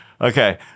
Okay